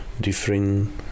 different